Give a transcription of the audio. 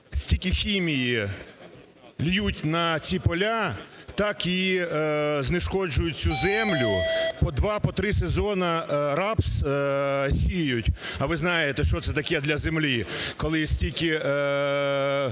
стільки хімії ллють на ці поля, так і знешкоджують цю землю – по два, по три сезони рапс сіють? А ви знаєте, що це таке для землі, коли стільки